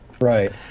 right